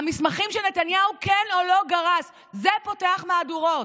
המסמכים שנתניהו כן או לא גרס, זה פותח מהדורות,